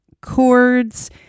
chords